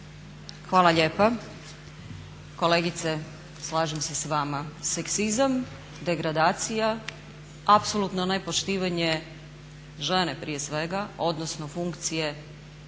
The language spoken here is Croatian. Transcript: Hvala lijepa. Kolegice slažem se s vama, seksizam, degradacija, apsolutno nepoštivanje žene prije svega, odnosno funkcije